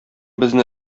безне